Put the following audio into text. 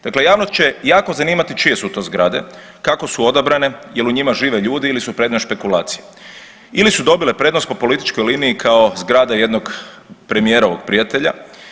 Dakle, javnost će jako zanimati čije su to zgrade, kako su odabrane, jer u njima žive ljudi ili su predmet špekulacije ili su dobile prednost po političkoj liniji kao zgrada jednog premijerovog prijatelja.